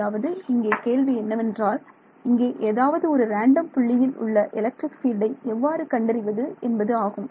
அதாவது இங்கே கேள்வி என்னவென்றால் இங்கே ஏதாவது ஒரு ரேண்டம் புள்ளியில் உள்ள எலக்ட்ரிக் ஃபீல்டை எவ்வாறு கண்டறிவது என்பது ஆகும்